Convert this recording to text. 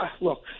Look